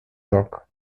york